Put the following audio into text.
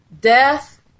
death